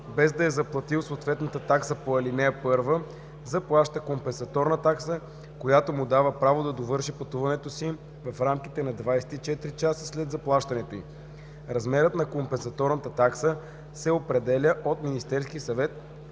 без да е заплатил съответната такса по ал. 1, заплаща компенсаторна такса, която му дава право да довърши пътуването си в рамките на 24 часа след заплащането й. Размерът на компенсаторната такса се определя от Министерския съвет